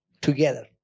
Together